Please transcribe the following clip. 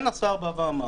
לכן השר אמר: